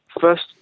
first